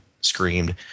screamed